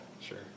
Sure